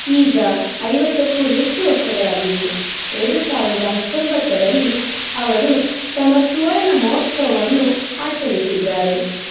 ಈಗ ಐವತ್ತಕ್ಕೂ ಹೆಚ್ಚು ವರ್ಷಗಳಾಗಿವೆ ಎರಡು ಸಾವಿರದ ಹತ್ತೊಂಬತ್ತರಲ್ಲಿ ಅವರು ತಮ್ಮ ಸುವರ್ಣ ಮಹೋತ್ಸವವನ್ನು ಆಚರಿಸಿದ್ದಾರೆ